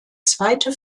zweite